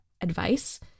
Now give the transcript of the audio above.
advice